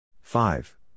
Five